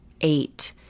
eight